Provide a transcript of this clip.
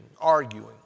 arguing